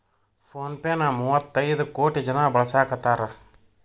phone pay ನ ಮುವ್ವತೈದ್ ಕೋಟಿ ಜನ ಬಳಸಾಕತಾರ